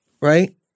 Right